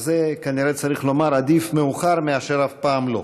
על זה כנראה צריך לומר: עדיף מאוחר מאשר אף פעם לא.